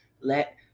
Let